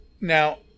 Now